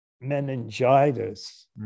meningitis